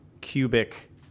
cubic